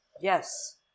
Yes